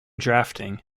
drafting